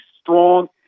strong